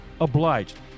obliged